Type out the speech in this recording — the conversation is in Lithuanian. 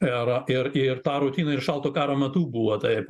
erą ir ir tą rutiną ir šalto karo metu buvo taip